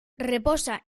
reposa